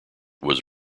was